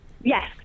Yes